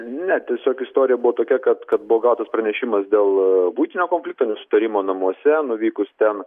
ne tiesiog istorija buvo tokia kad kad buvo gautas pranešimas dėl buitinio konflikto nesutarimo namuose nuvykus ten